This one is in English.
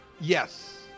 Yes